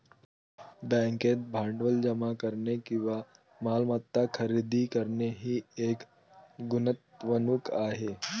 बँकेत भांडवल जमा करणे किंवा मालमत्ता खरेदी करणे ही एक गुंतवणूक आहे